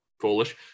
foolish